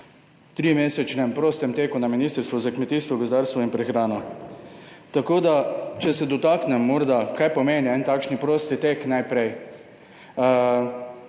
trimesečnem prostem teku na Ministrstvu za kmetijstvo, gozdarstvo in prehrano. tako da, če se dotaknem morda, kaj pomeni en takšen prosti tek najprej.